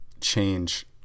change